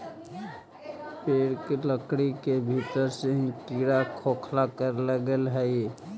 पेड़ के लकड़ी के भीतर से ही कीड़ा खोखला करे लगऽ हई